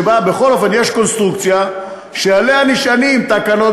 שבה בכל אופן יש קונסטרוקציה שעליה נשענות תקנות